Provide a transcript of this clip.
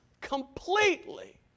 completely